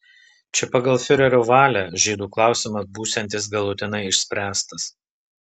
čia pagal fiurerio valią žydų klausimas būsiantis galutinai išspręstas